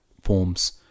Forms